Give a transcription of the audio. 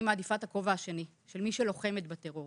מעדיפה את הכובע השני של מי שלוחמת בטרור